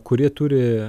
kurie turi